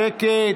שקט.